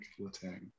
Letang